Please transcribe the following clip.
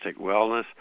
wellness